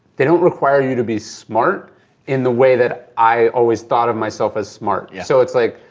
they don't require you to be smart in the way that i always thought of myself as smart. so it's like,